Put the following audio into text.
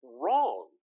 wrong